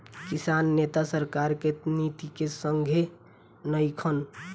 किसान नेता सरकार के नीति के संघे नइखन